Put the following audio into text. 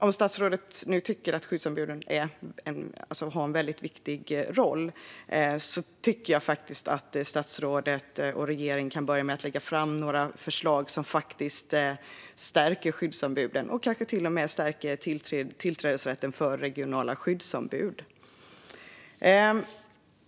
Om statsrådet nu tycker att skyddsombuden har en så viktig roll tycker jag att statsrådet och regeringen kan börja med att lägga fram några förslag som faktiskt stärker skyddsombuden och kanske till och med stärker tillträdesrätten för regionala skyddsombud.